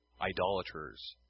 idolaters